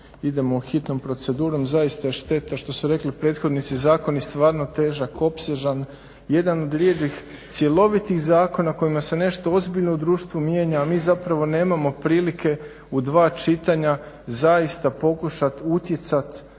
idemo u hitnu proceduru. Zaista je šteta što su rekli prethodnici zakon je stvarno težak, opsežan. Jedan od rjeđih cjelovitih zakona kojima se nešto ozbiljno u društvu mijenja, a mi zapravo nemamo prilike u dva čitanja zaista pokušat utjecat